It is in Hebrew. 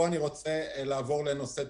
פה אני רוצה לעבור לנושא טבריה.